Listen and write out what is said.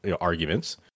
arguments